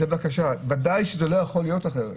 זה בקשה, ודאי שזה לא יכול להיות אחרת,